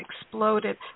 exploded